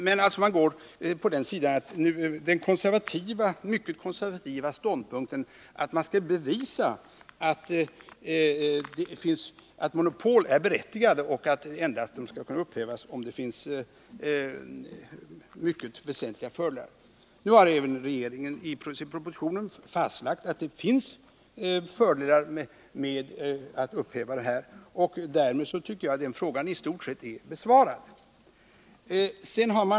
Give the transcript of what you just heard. Men reservanterna tar den mycket konservativa ståndpunkten att monopol är berättigade och att de endast skall kunna upphävas om detta innebär mycket väsentliga fördelar. Nu har regeringen i propositionen fastlagt att det finns fördelar med att upphäva monopolsystemet, och därmed tycker jag att den frågan i stort sett är besvarad.